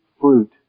fruit